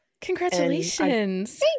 Congratulations